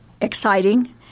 exciting